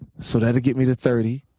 so that'll get me to thirty.